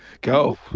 Go